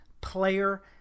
player